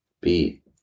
beat